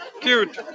Cute